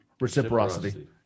Reciprocity